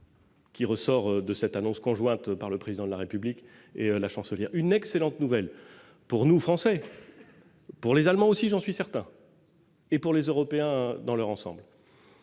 qui ressort de cette annonce conjointe par le Président de la République et la Chancelière : une excellente nouvelle, pour nous, Français, pour les Allemands aussi, j'en suis certain, et pour les Européens dans leur ensemble.